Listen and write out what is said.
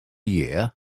year